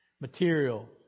material